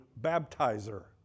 baptizer